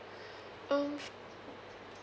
um